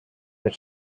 that